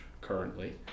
currently